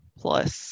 plus